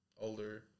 older